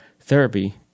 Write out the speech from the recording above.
therapy